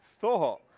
thought